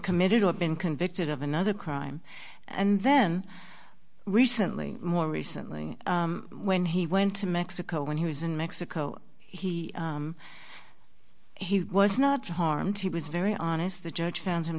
committed or been convicted of another crime and then recently more recently when he went to mexico when he was in mexico he he was not harmed he was very honest the judge found